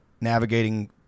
Navigating